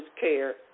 care